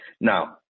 Now